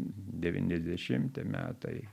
devyniasdešimti metai